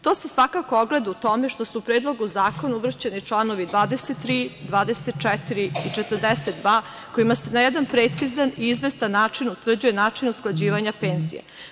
To se svakako ogleda u tome što su u Predlogu zakona uvršćeni članovi 23, 24. i 42. kojima se na jedan precizan i izvestan način utvrđuje način usklađivanja penzija.